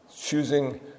choosing